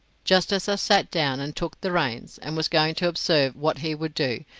just as i sat down, and took the reins, and was going to observe what he would do,